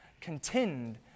contend